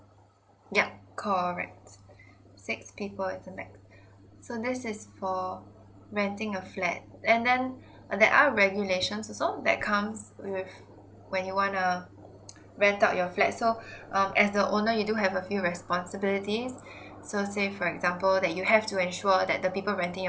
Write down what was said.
yup correct six people is the max so this is for renting a flat and then there are regulations also that comes with when you want err rent out your flat so um as the owner you do have a few responsibilities so say for example that you have to ensure that the people renting